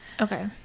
Okay